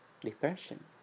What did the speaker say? depression